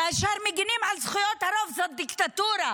כאשר מגנים על זכויות הרוב זאת דיקטטורה.